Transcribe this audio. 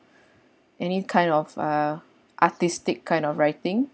any kind of uh artistic kind of writing